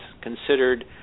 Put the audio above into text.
considered